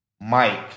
Mike